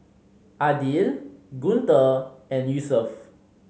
Aidil Guntur and Yusuf